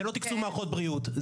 זה לא תקצוב מערכות בריאות,